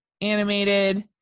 animated